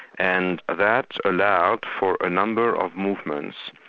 and that allowed for a number of movements,